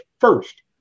first